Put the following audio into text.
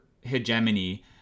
hegemony